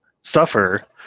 suffer